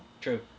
true